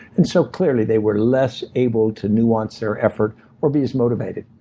and so clearly, they were less able to nuance their effort or be as motivated.